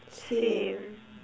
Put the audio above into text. same